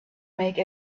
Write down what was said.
make